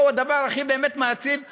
מהו הדבר הכי מעציב באמת,